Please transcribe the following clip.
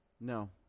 no